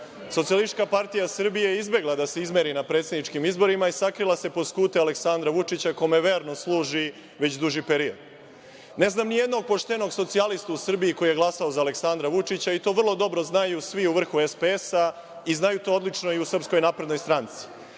direktno podržava. SPS je izbegla da se izmeri na predsedničkim izborima i sakrila se pod skute Aleksandra Vučića, kome verno služi već duži period. Ne znam nijednog poštenog socijalistu u Srbiji koji je glasao za Aleksandra Vučića i to vrlo dobro znaju svi u vrhu SPS i znaju to odlično i u SNS. Pošteni